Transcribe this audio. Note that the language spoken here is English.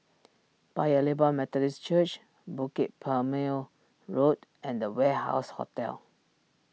Paya Lebar Methodist Church Bukit Purmei Road and the Warehouse Hotel